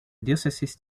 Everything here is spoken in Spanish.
diócesis